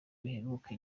biheruka